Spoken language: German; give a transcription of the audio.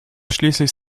schließlich